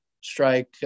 strike